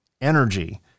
energy